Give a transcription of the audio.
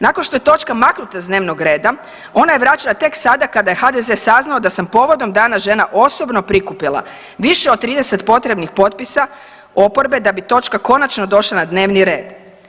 Nakon što je točka maknuta s dnevnog reda ona je vraćena tek sada kada je HDZ saznao da sam povodom Dana žena osobno prikupila više od 30 potrebnih potpisa oporbe da bi točka konačno došla na dnevni red.